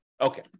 okay